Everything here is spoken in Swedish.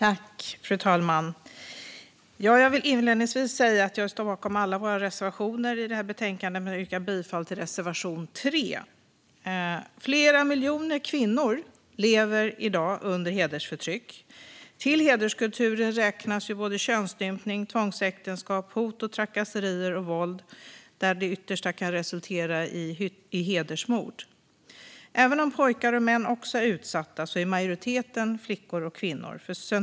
Fru talman! Jag vill inledningsvis säga att jag står bakom alla våra reservationer i betänkandet, men jag yrkar bifall endast till reservation 3. Flera miljoner kvinnor lever i dag under hedersförtryck. Till hederskulturen räknas könsstympning, tvångsäktenskap, hot, trakasserier och våld där det yttersta kan resultera i hedersmord. Även om pojkar och män också är utsatta är majoriteten flickor och kvinnor.